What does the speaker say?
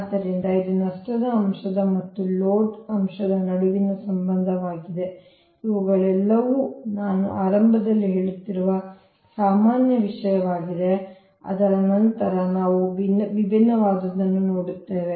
ಆದ್ದರಿಂದ ಇದು ನಷ್ಟದ ಅಂಶ ಮತ್ತು ಲೋಡ್ ಅಂಶದ ನಡುವಿನ ಸಂಬಂಧವಾಗಿದೆ ಇವುಗಳೆಲ್ಲವೂ ನಾನು ಆರಂಭದಲ್ಲಿ ಹೇಳುತ್ತಿರುವ ಸಾಮಾನ್ಯ ವಿಷಯವಾಗಿದೆ ಅದರ ನಂತರ ನಾವು ವಿಭಿನ್ನವಾದದ್ದನ್ನು ನೋಡುತ್ತೇವೆ